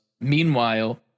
Meanwhile